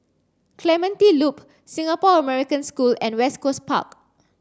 Clementi Loop Singapore American School and West Coast Park